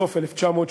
בסוף 1986,